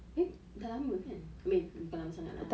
mm dah lama kan I mean bukan lama sangat lah